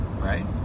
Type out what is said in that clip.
right